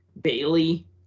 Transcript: Bailey